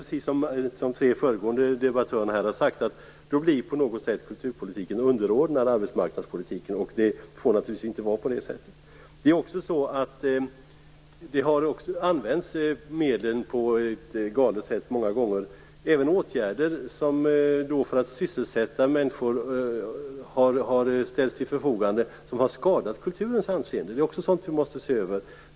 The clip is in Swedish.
Precis som de tre föregående debattörerna har sagt här blir kulturpolitiken på något sätt underordnad arbetsmarknadspolitiken. Det får naturligtvis inte vara på det sättet. Medlen har också använts på ett galet sätt många gånger. Även åtgärder som ställts till förfogande för att sysselsätta människor har skadat kulturens anseende. Sådant måste vi se över.